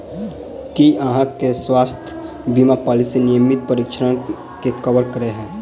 की अहाँ केँ स्वास्थ्य बीमा पॉलिसी नियमित परीक्षणसभ केँ कवर करे है?